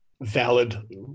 valid